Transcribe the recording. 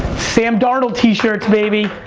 sam darnold t-shirts, baby.